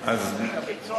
אולמרט, שהוא הביא את,